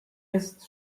jest